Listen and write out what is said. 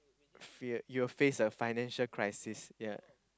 fear your face a financial crisis